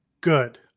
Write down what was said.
Good